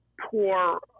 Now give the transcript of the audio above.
poor